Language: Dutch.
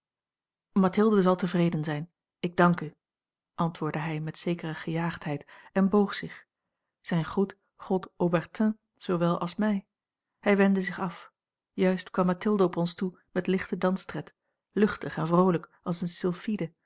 mathilde zal tevreden zijn ik dank u antwoordde hij met zekere gejaagdheid en boog zich zijn groet gold haubertin zoowel als mij hij wendde zich af juist kwam mathilde op ons toe met lichten danstred luchtig en vroolijk als eene sylphide